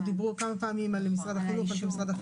דיברו כמה פעמים על משרד החינוך,